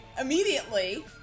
immediately